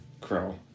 Crow